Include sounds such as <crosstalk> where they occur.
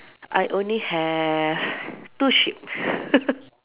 I only have <breath> two sheep <laughs>